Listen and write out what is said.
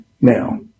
Now